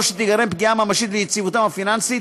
שתיגרם פגיעה ממשית ליציבותם הפיננסית,